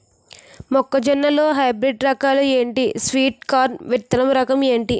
మొక్క జొన్న లో హైబ్రిడ్ రకాలు ఎంటి? స్వీట్ కార్న్ విత్తన రకం ఏంటి?